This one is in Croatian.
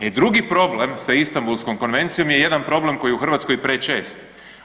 I drugi problem sa Istambulskom konvencijom je jedan problem koji je u Hrvatskoj prečest.